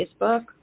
Facebook